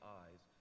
eyes